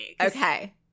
Okay